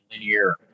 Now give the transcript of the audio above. linear